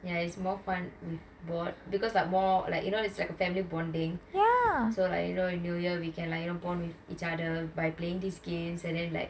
ya it's more fun with board because more like you know it's a family bonding new year we can bond with each other by playing these games and then like